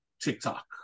TikTok